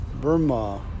Burma